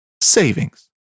savings